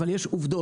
אבל יש עובדות,